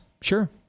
Sure